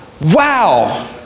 Wow